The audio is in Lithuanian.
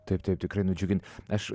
taip taip tikrai nudžiugint aš